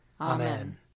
Amen